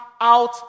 out